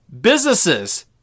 Businesses